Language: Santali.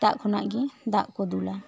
ᱥᱮᱛᱟᱜ ᱠᱷᱚᱱᱟᱜ ᱜᱮ ᱫᱟᱜ ᱠᱚ ᱫᱩᱞᱟ